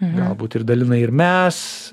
galbūt ir dalinai ir mes